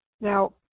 Now